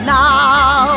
now